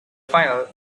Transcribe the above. final